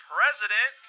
President